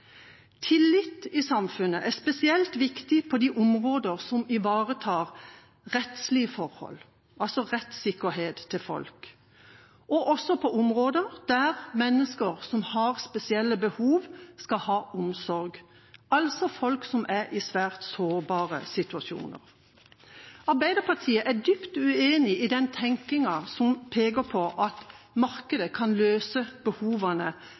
Tillit i samfunnet er spesielt viktig på de områder som ivaretar rettslige forhold, altså rettssikkerheten til folk, også på områder der mennesker som har spesielle behov, skal ha omsorg, altså folk som er i en svært sårbar situasjon. Arbeiderpartiet er dypt uenig i den tenkingen som peker på at markedet kan løse behovene